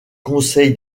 conseil